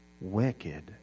wicked